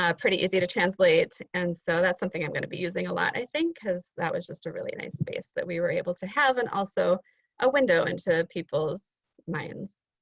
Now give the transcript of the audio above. ah pretty easy to translate and so that's something i'm gonna be using a lot i think. because that was just a really nice space that we were able to have. and also a window into people's minds,